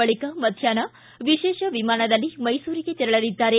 ಬಳಿಕ ಮಧ್ಯಾಷ್ನ ವಿಶೇಷ ವಿಮಾನದಲ್ಲಿ ಮೈಸೂರಿಗೆ ತೆರಳಲಿದ್ದಾರೆ